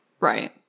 Right